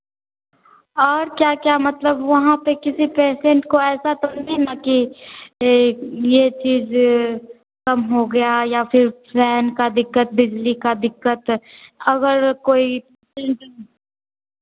और क्या क्या मतलब वहाँ पर किसी पेसेन्ट को ऐसा तो नहीं ना की यह यह चीज़ कम हो गया या फिर फैन का दिक्कत बिजली का दिक्कत अगर कोई पेसेन्ट